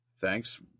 thanks